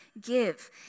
give